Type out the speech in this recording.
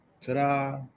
ta-da